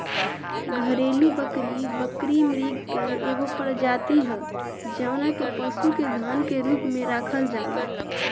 घरेलु बकरी, बकरी मृग के एगो प्रजाति ह जवना के पशु के धन के रूप में राखल जाला